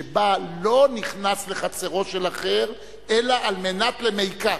שבעל לא נכנס לחצרו של אחר אלא על מנת למיקט.